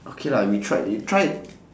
okay lah we tried we try